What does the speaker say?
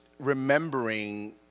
remembering